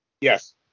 yes